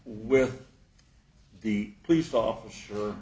with the police officer